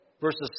verses